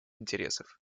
интересов